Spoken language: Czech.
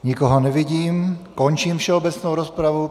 Nikoho nevidím, končím všeobecnou rozpravu.